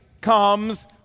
comes